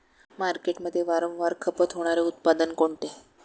मार्केटमध्ये वारंवार खपत होणारे उत्पादन कोणते?